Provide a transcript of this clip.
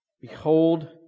Behold